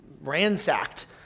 ransacked